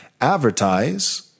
Advertise